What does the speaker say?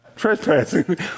trespassing